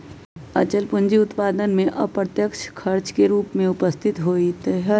अचल पूंजी उत्पादन में अप्रत्यक्ष खर्च के रूप में उपस्थित होइत हइ